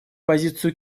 позицию